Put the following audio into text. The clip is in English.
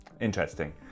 Interesting